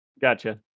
Gotcha